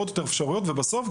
בסוף,